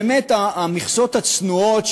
באמת המכסות הצנועות,